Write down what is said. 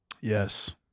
Yes